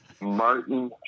Martin